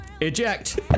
eject